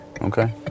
okay